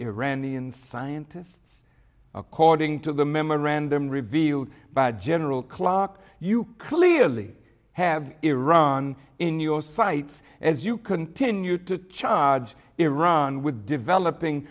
iranian scientists according to the memorandum revealed by general clark you clearly have iran in your sights as you continue to charge iran with developing